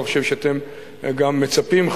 אני לא חושב שאתם גם מצפים,